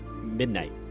midnight